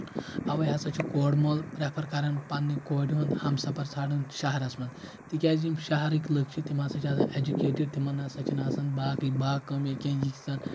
اَوَے ہسا چھُ کورِ مول پریٚفر کران پننہِ کورِ ہُنٛد ہمسفر ژھانٛرُن شہرس منٛز تِکیازِ یِم شہرٕکۍ لُکھ چھِ تِم ہسا چھِ آسان ایٚجُوکیٹِڈ تِمن نسا چھِنہٕ آسان باقٕے باغہٕ کٲم یا کینٛہہ یتھ زَن